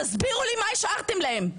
תסבירו לי, מה השארתם להם.